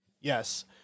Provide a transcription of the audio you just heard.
Yes